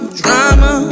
drama